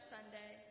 Sunday